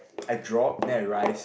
ppo I drop then I rise